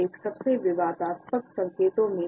सबसे विवादास्पद संकेतों में से एक है